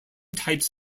types